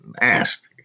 nasty